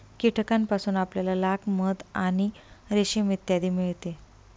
कीटकांपासून आपल्याला लाख, मध आणि रेशीम इत्यादी मिळते